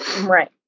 right